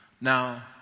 Now